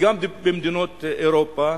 וגם במדינות אירופה,